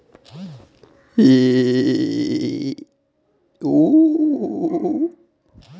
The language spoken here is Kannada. ತೆಂಗಲ್ಲಿ ದೊಡ್ಡ ಗಾತ್ರದ ಕಾಯಿ ನೀಡುವ ತಳಿ ಯಾವುದು?